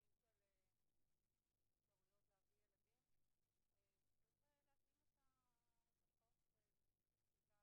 הייתי גם מצרף אותו.